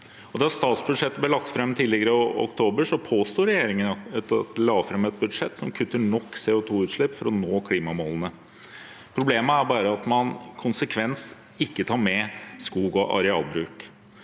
Da statsbudsjettet ble lagt fram tidligere i oktober, påsto regjeringen at den la fram et budsjett som kutter nok CO2-utslipp for å nå klimamålene. Problemet er bare at man konsekvent ikke tar med skog- og arealbruk.